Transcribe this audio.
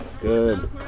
Good